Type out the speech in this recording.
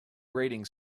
grating